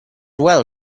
well